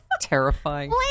terrifying